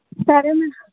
సరే మే